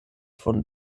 von